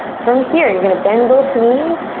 from here you're going to bend both knees.